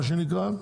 מה שנקרא.